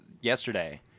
yesterday